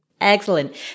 Excellent